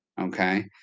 Okay